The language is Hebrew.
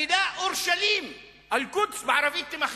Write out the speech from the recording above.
המלה "אורשלים אלקודס" בערבית תימחק.